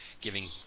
giving